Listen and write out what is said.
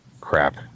Crap